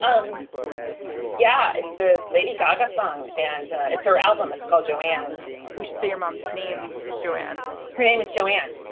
um yeah. it's a lady gaga song and it's her album. it's called joanne we should say your mom's name is joanne her name is joanne.